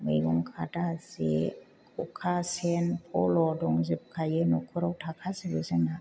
मैगं खादा जे ख'खा सेन फल' दंजोबखायो न'खराव थाखाजोबो जोंना